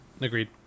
Agreed